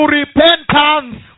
repentance